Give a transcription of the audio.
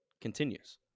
continues